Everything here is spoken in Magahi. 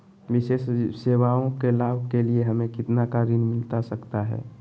विशेष सेवाओं के लाभ के लिए हमें कितना का ऋण मिलता सकता है?